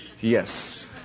Yes